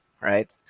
right